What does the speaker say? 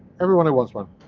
everyone who wants one.